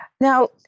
Now